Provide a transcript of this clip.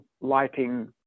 lighting